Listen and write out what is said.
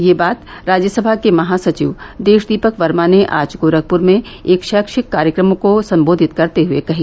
यह बात राज्यसभा के महासचिव देशदीपक वर्मा ने आज गोरखपुर में एक शीक्षिक कार्यक्रम को सम्बोधित करते हुए कही